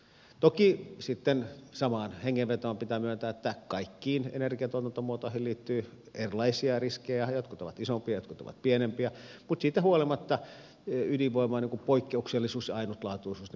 toki sitten samaan hengenvetoon pitää myöntää että kaikkiin energiantuotantomuotoihin liittyy erilaisia riskejä jotkut ovat isompia ja jotkut ovat pienempiä mutta siitä huolimatta ydinvoiman poikkeuksellisuus ja ainutlaatuisuus ne perusteet mahdollistaa